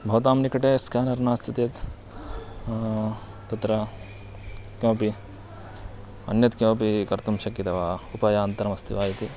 भवतां निकटे स्केनर् नास्ति चेत् तत्र किमपि अन्यत् किमपि कर्तुं शक्यते वा उपायान्तरमस्ति वा इति